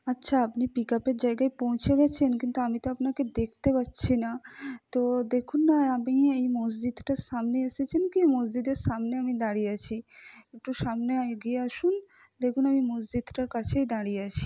আচ্ছা আপনি পিক আপের জায়গায় পৌঁছে গিয়েছেন কিন্তু আমি তো আপনাকে দেখতে পাচ্ছি না তো দেখুন না আপনি এই মসজিটার সামনে এসেছেন কি মসজিদের সামনে আমি দাঁড়িয়ে আছি একটু সামনে এগিয়ে আসুন দেখুন আমি মসজিদটার কাছেই দাঁড়িয়ে আছি